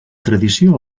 tradició